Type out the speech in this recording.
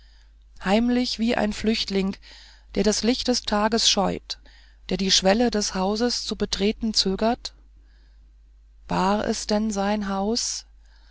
heimlich wie ein flüchtling der das licht des tages scheut der die schwelle des hauses zu betreten zögert war es denn sein haus